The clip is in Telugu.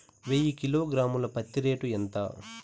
వెయ్యి కిలోగ్రాము ల పత్తి రేటు ఎంత?